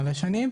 מלא שנים,